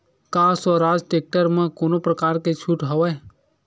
का स्वराज टेक्टर म कोनो प्रकार के छूट हवय?